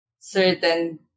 certain